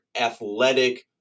athletic